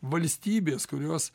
valstybės kurios